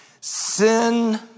Sin